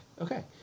Okay